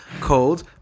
called